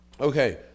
Okay